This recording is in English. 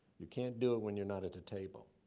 you can't do it when you're not at the table.